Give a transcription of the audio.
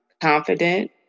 confident